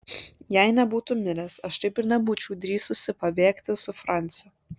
jei nebūtų miręs aš taip ir nebūčiau drįsusi pabėgti su franciu